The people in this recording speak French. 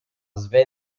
sven